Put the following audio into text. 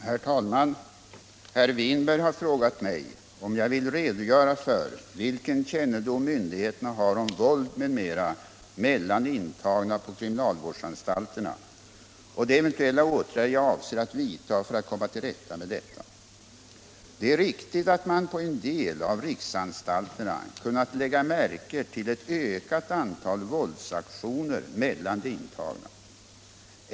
Herr talman! Herr Winberg har frågat mig om jag vill redogöra för vilken kännedom myndigheterna har om våld m.m. mellan intagna på kriminalvårdsanstalter och de eventuella åtgärder jag avser att vidta för att komma till rätta med detta. Det är riktigt att man på en del av riksanstalterna kunnat lägga märke till ett ökat antal våldsaktioner mellan de intagna.